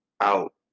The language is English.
out